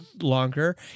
longer